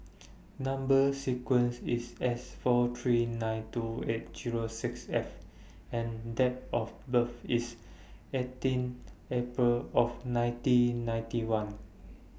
Number sequence IS S four three nine two eight Zero six F and Date of birth IS eighteen April of nineteen ninety one